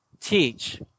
teach